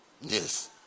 Yes